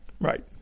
Right